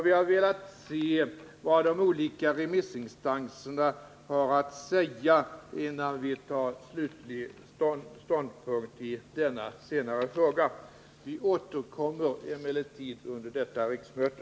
Vi har velat se vad de olika remissinstanserna har att säga innan vi tar slutlig ställning i denna senare fråga. Vi återkommer emellertid under detta riksmöte.